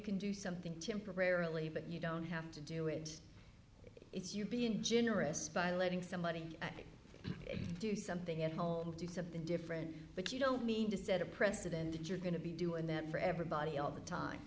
can do something temporarily but you don't have to do it it's you being generous by letting somebody do something at all do something different but you don't mean to set a precedent that you're going to be doing that for everybody all the time